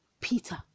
Peter